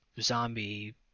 zombie